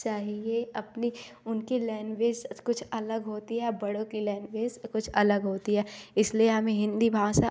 चाहिए अपनी उनकी लैंगवेज अज कुछ अलग होती है बड़ों की लैंगवेज कुछ अलग होती है इसलिए हमें हिंदी भाषा